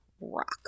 rock